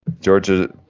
Georgia